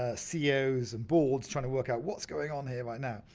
ah ceos and boards, trying to work out what's going on here right now.